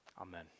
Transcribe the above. amen